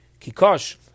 Kikosh